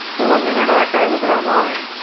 there wasn't even an archive of it online.